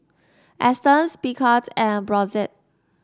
Astons Picard and Brotzeit